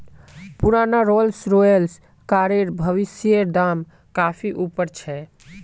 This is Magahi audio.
पुराना रोल्स रॉयस कारेर भविष्येर दाम काफी ऊपर छे